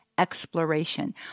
Exploration